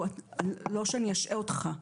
זה לא שאני אשעה אותך.